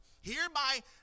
Hereby